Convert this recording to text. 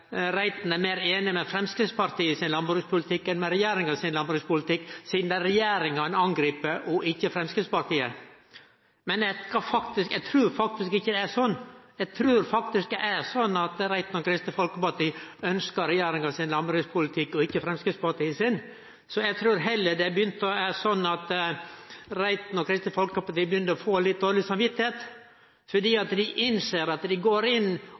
Reiten er meir einig med Framstegspartiet sin landbrukspolitikk enn med regjeringa sin landbrukspolitikk, sidan det er regjeringa han angrip og ikkje Framstegspartiet. Eg trur faktisk det ikkje er slik. Eg trur det er slik at Reiten og Kristeleg Folkeparti ønskjer landbrukspolitikken til regjeringa og ikkje Framstegspartiet sin. Eg trur heller det er slik at Reiten og Kristeleg Folkeparti begynner å få dårleg samvit fordi dei innser at dei